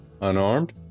unarmed